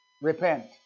Repent